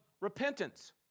repentance